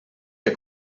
que